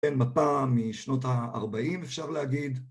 מפה משנות ה-40 אפשר להגיד